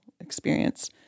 experience